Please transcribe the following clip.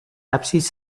absis